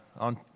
on